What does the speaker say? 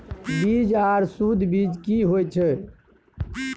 बीज आर सुध बीज की होय छै?